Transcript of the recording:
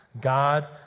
God